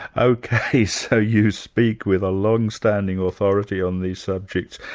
ok, so you speak with a long-standing authority on these subjects.